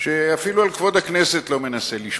שאפילו על כבוד הכנסת לא מנסה לשמור.